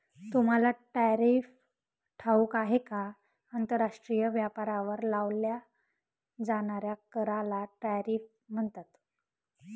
तुम्हाला टॅरिफ ठाऊक आहे का? आंतरराष्ट्रीय व्यापारावर लावल्या जाणाऱ्या कराला टॅरिफ म्हणतात